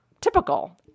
typical